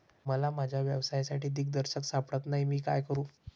मला माझ्या व्यवसायासाठी दिग्दर्शक सापडत नाही मी काय करू?